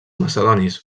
macedonis